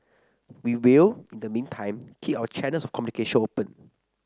we will in the meantime keep our channels of communication open